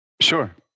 Sure